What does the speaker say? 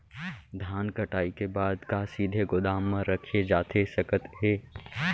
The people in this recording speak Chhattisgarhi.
धान कटाई के बाद का सीधे गोदाम मा रखे जाथे सकत हे?